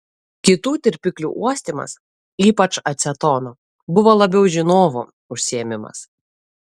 kitų tirpiklių uostymas ypač acetono buvo labiau žinovų užsiėmimas